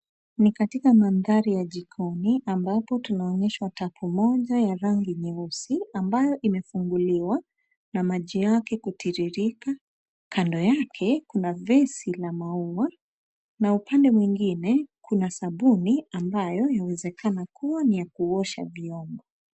Ni katika mandhari ya jikoni, ambapo tunaonyeshwa tapu moja ya rangi nyeusi ambayo imefunguliwa na maji yake kutiririka. Kando yake, kuna vesi la maua na upande mwingine, kuna sabuni ambayo yawezekana kuwa ni ya kuosha viombo.